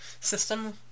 system